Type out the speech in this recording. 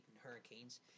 hurricanes